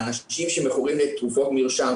האנשים שמכורים לתרופות מרשם,